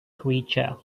creature